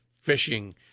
fishing